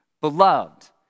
Beloved